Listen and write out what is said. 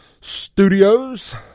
Studios